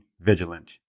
vigilant